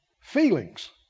Feelings